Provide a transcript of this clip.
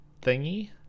thingy